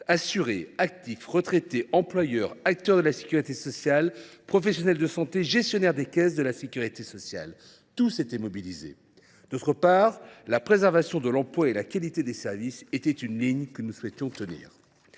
assurés, actifs, retraités, employeurs, acteurs de la sécurité sociale, professionnels de santé et gestionnaires des caisses de la sécurité sociale, tous étaient mobilisés –, d’autre part, la préservation des emplois et de la qualité des services. À ce titre, je tiens à revenir